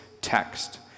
text